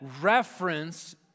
reference